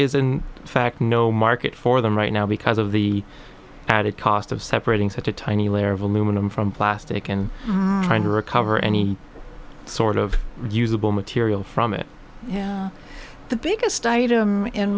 is in fact no market for them right now because of the added cost of separating such a tiny layer of aluminum from plastic and trying to recover any sort of usable material from it the biggest item in